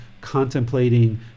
contemplating